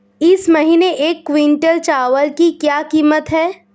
इस महीने एक क्विंटल चावल की क्या कीमत है?